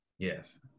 Yes